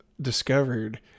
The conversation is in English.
discovered